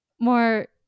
more